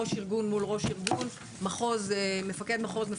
ראש ארגון מול ראש ארגון; מפקד מחוז מול